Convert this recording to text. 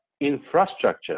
infrastructure